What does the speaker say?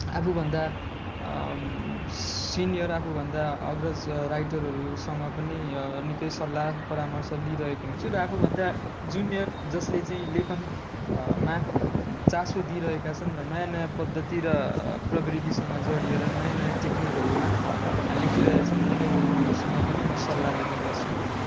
आफूभन्दा सिनियर आफू भन्दा अग्रज राइटरहरूसँग पनि निकै सल्लाह परामर्स लिइरहेको हुन्छु र आफूभन्दा जुनियर जसले चाहिँ लेखन मा चासो दिइरहेका छन् र नयाँ नयाँ पद्धति र प्रवृत्ति जोडिएर नयाँ नयाँ टेक्निकहरूमा